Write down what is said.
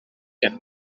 genfer